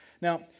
Now